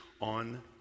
on